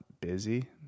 busy